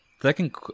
Second